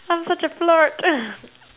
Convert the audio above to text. I'm such a flirt